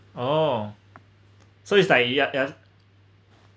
oh so it's like ya yeah